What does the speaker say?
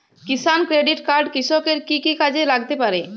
কিষান credit card কৃষকের কি কি কাজে লাগতে পারে?